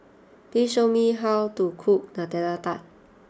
please show me how to cook Nutella Tart